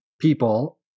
people